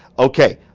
okay,